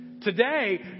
Today